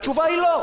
התשובה היא לא.